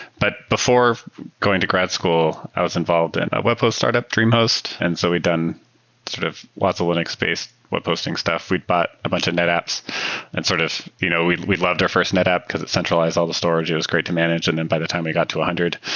but before going to grad school, i was involved in a webhost startup, dreamhost. and so we've done sort of lots of linux-based webhosting stuff. we bought a bunch of netapps and sort of you know we've we've loved our first netapp, because it centralized all the storages, great to manage, and then by the time we got to one hundred,